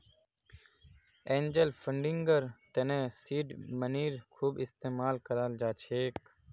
angel फंडिंगर तने seed मनीर खूब इस्तमाल कराल जा छेक